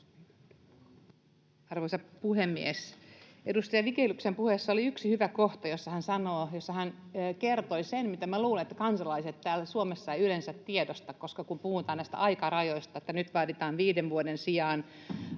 Arvoisa puhemies! Edustaja Vigeliuksen puheessa oli yksi hyvä kohta, jossa hän kertoi sen, mitä minä luulen, että kansalaiset täällä Suomessa eivät yleensä tiedosta: Kun puhutaan näistä aikarajoista, että nyt vaaditaan viiden vuoden sijaan